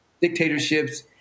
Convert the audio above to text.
dictatorships